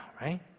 right